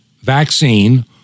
vaccine